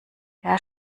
wer